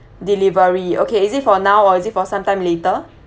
delivery okay is it for now or is it for sometime later